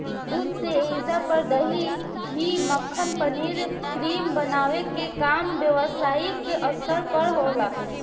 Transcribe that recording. दूध से ऐइजा पर दही, घीव, मक्खन, पनीर, क्रीम बनावे के काम व्यवसायिक स्तर पर होला